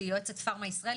יועצת פארמה ישראל,